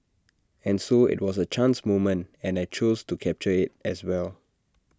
and so IT was A chance moment and I chose to capture IT as well